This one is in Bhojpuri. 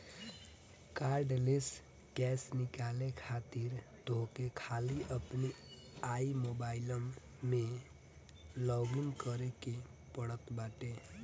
कार्डलेस कैश निकाले खातिर तोहके खाली अपनी आई मोबाइलम में लॉगइन करे के पड़त बाटे